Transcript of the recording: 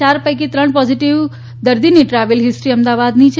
ચાર પૈકી ત્રણ પોઝીટીવ દર્દીની ટ્રાવેલ હિસ્ટ્રી અમદાવાદની છે